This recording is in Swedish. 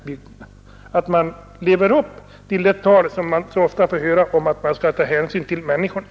Man måste leva upp till det tal om sådant hänsynstagande som vi så ofta får höra när det gäller den kommunala demokratin. demokratin.